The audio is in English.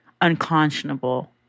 unconscionable